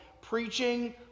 preaching